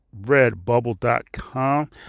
redbubble.com